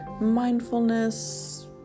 mindfulness